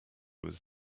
was